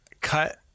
cut